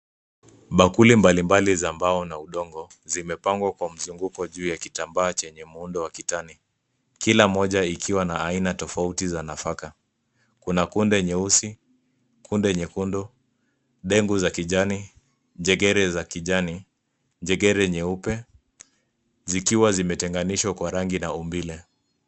Bakuli mbalimbali za mbao na udongo, zimepangwa kwa mzunguko juu ya kitambaa chenye muundo wa kitani. Kila moja ikiwa na aina tofauti za nafaka. Kuna kunde nyeusi, kunde nyekunde, dengu za kijani, jegele za kijani, jegele nyeupe, zikiwa zimetenganishwa kwa rangi lao.